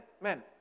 men